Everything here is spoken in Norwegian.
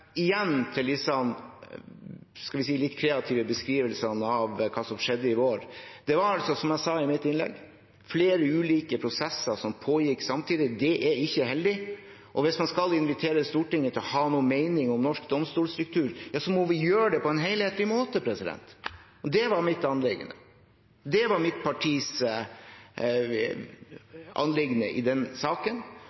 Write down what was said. Igjen, til disse litt kreative beskrivelsene av det som skjedde i vår: Det var altså, som jeg sa i mitt innlegg, flere ulike prosesser som pågikk samtidig. Det er ikke heldig. Hvis man skal invitere Stortinget til å ha noen mening om norsk domstolstruktur, må vi gjøre det på en helhetlig måte. Det var mitt anliggende. Det var mitt partis